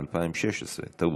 2016. טעות,